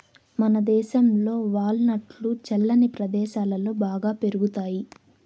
మనదేశంలో వాల్ నట్లు చల్లని ప్రదేశాలలో బాగా పెరుగుతాయి